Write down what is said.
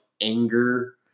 anger